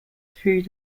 through